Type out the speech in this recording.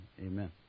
amen